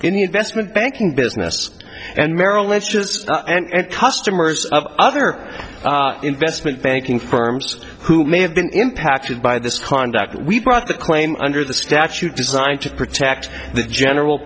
the investment banking business and merrill lynch just and customers of other investment banking firms who may have been impacted by this conduct we brought the claim under the statute designed to protect the general